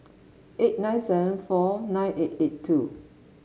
eight nine seven four nine eight eight two